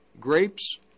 Grapes